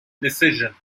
decision